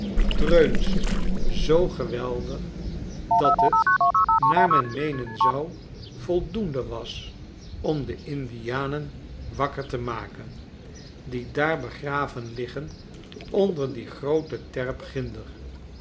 ze zoo geweldig dat het naar men meenen zou voldoende was om de indianenwakkerte maken die daar begraven liggen onder die groote terp ginder